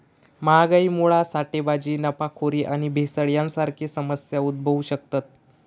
महागाईमुळा साठेबाजी, नफाखोरी आणि भेसळ यांसारखे समस्या उद्भवु शकतत